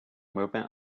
movement